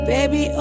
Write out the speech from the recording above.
Baby